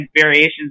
variations